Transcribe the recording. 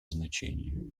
значения